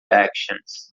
actions